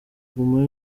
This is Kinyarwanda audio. guma